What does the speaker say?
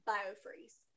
Biofreeze